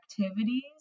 activities